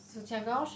Soutien-gorge